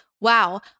wow